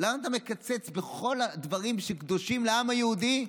למה אתה מקצץ בכל הנושאים שקדושים לעם היהודי?